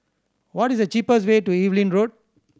what is the cheapest way to Evelyn Road